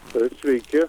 taip sveiki